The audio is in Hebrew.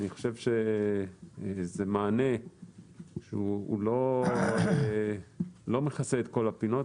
אני חושב שזה מענה שהוא לא מכסה את כל הפינות,